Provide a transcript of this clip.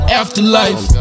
afterlife